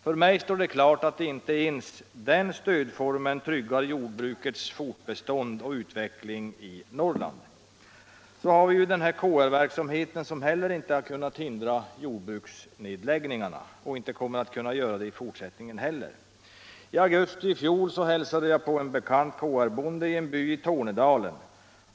För mig står det klart att inte ens den stödformen tryggar jordbrukets fortbestånd och utveckling i Norrland. Så har vi SR-verksamheten, som heller inte har kunnat hejda jordbruksnedläggningarna och inte kommer att kunna göra det i fortsättningen heller. I augusti i fjol hälsade jag på en bekant, en SR-bonde i en by i Tornedalen.